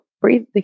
breathe